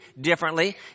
differently